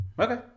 Okay